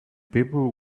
people